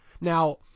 Now